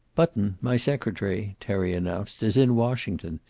button, my secretary, terry announced, is in washington.